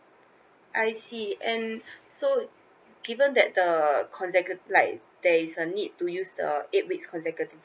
I see and so given that the consecutive like there is a need to use the eight weeks consecutively